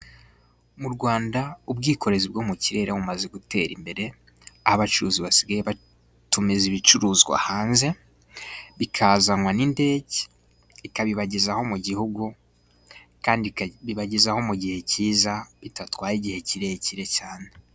Mu Rwanda ubwikorezi bwo mu kirere bumaze gutera imbere aho abacuruzi basigaye batumiza ibicuruzwa hanze bikazanwa n'indege. Ikabibagezaho mu gihugu Kandi ikabibagezaho mu gihe kiza idatwaye igihe kirekire cyane.